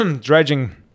dredging